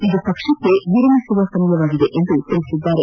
ಇದು ಪಕ್ಷಕ್ಕೆ ವಿರಮಿಸುವ ಸಮಯವಾಗಿದೆ ಎಂದು ಹೇಳಿದ್ದಾರೆ